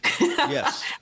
Yes